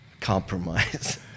compromise